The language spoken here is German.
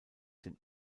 den